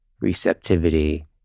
receptivity